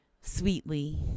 sweetly